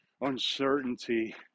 uncertainty